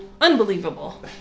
Unbelievable